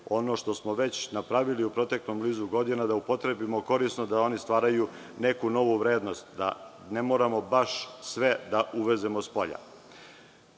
ono što smo već napravili u proteklom nizu godina da upotrebimo korisno i da oni stvaraju neku novu vrednost, da ne moramo baš sve da uvezemo spolja. Na